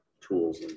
tools